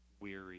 weary